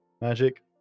magic